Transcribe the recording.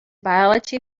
biology